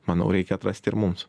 manau reikia atrasti ir mums